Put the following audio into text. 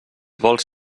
vols